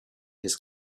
his